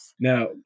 Now